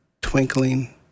twinkling